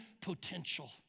potential